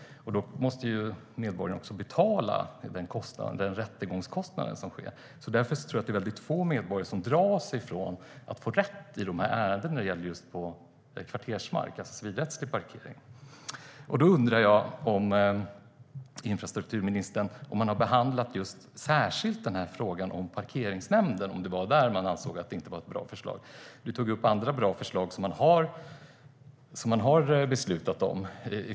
Då måste medborgaren betala de rättegångskostnader som kan uppstå. Därför är det nog inte så få medborgare som drar sig för att få rätt i dessa ärenden när det gäller civilrättslig parkering på kvartersmark. Då undrar jag om infrastrukturministern särskilt har behandlat frågan om parkeringsnämnden och kommit fram till att förslaget inte var så bra. Du tog upp andra bra förslag som man har beslutat om.